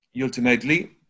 ultimately